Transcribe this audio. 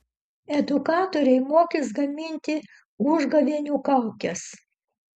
edukatoriai mokys gaminti užgavėnių kaukes